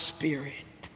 Spirit